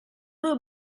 due